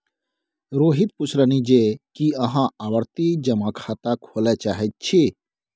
रोहित पुछलनि जे की अहाँ आवर्ती जमा खाता खोलय चाहैत छी